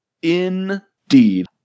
Indeed